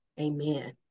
amen